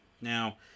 Now